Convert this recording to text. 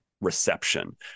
reception